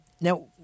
Now